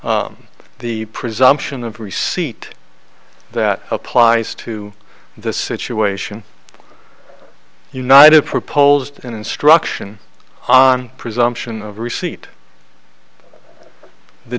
the presumption of receipt that applies to the situation united proposed instruction on presumption of receipt the